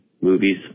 movies